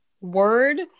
Word